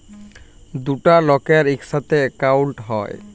দুটা লকের ইকসাথে একাউল্ট হ্যয়